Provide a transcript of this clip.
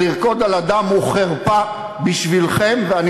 בעניין של מוחמד אבו ח'דיר אני מרגיש כמוך ויותר גרוע.